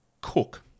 cook